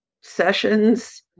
sessions